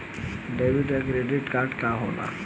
Debit या credit card का होला?